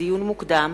לדיון מוקדם: